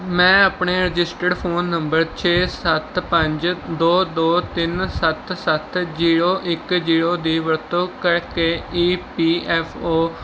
ਮੈਂ ਆਪਣੇ registered phone number ਛੇ ਸੱਤ ਪੰਜ ਦੋ ਦੋ ਤਿੰਨ ਸੱਤ ਸੱਤ ਜੀਰੋ ਇੱਕ ਜੀਰੋ ਦੀ ਵਰਤੋਂ ਕਰਕੇ ਈ ਪੀ ਐੱਫ ਓ